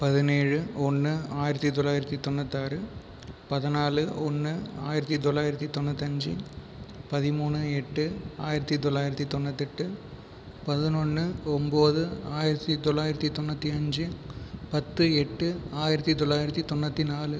பதினேழு ஒன்று ஆயிரத்து தொள்ளாயிரத்து தொண்ணுாத்தாறு பதினாலு ஒன்று ஆயிரத்து தொள்ளாயிரத்து தொண்ணுாற்றி அஞ்சு பதிமூணு எட்டு ஆயிரத்து தொள்ளாயிரத்து தொண்ணுாத்தெட்டு பதின்னொன்று ஒம்பது ஆயிரத்து தொள்ளாயிரத்து தொண்ணுாற்றி அஞ்சு பத்து எட்டு ஆயிரத்து தொள்ளாயிரத்து தொண்ணுாற்றி நாலு